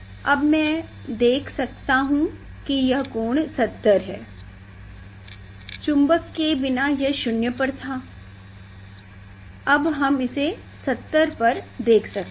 अब मैं देख सकता हूं कि यह कोण 70 है चुंबक के बिना यह 0 पर था अब हम इसे 70 पर देख सकते हैं